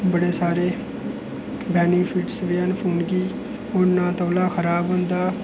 बड़े सारे बेनिफिट्स बी हैन फोन गी ओह् ना बड़ा तौला खराब होंदा